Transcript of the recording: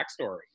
backstory